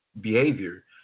behavior